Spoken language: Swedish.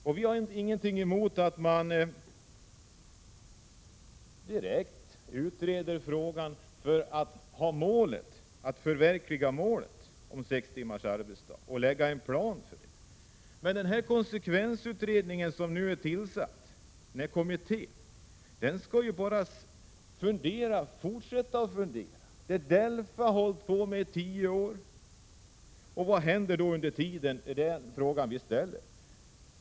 Vpk har ingenting emot att frågan utreds så att en plan kan läggas fram för ett förverkligande av målet om sex timmars arbetsdag. Men denna kommitté skall bara fortsätta att fundera — som DELFA har gjort i tio år — och vad händer under tiden?